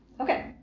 Okay